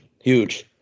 huge